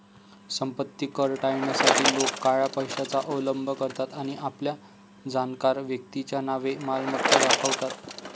संपत्ती कर टाळण्यासाठी लोक काळ्या पैशाचा अवलंब करतात आणि आपल्या जाणकार व्यक्तीच्या नावे मालमत्ता दाखवतात